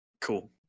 Cool